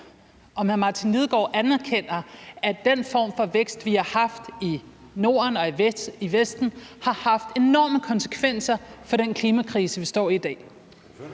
hr. Martin Lidegaard, om han anerkender, at den form for vækst, vi har haft i Norden og i Vesten, har haft enorme konsekvenser for den klimakrise, vi står i i dag.